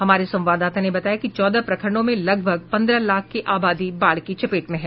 हमारे संवाददाता ने बताया कि चौदह प्रखंडों में लगभग पंद्रह लाख की आबादी बाढ़ की चपेट में हैं